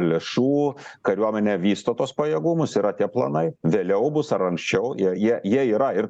lėšų kariuomenė vysto tuos pajėgumus yra tie planai vėliau bus ar anksčiau jie jie jie yra ir